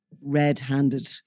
red-handed